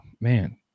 man